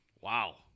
Wow